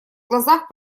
глазах